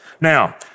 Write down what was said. Now